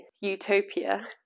utopia